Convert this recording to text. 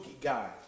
guy